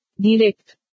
Direct